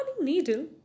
needle